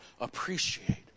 Appreciate